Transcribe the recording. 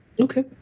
Okay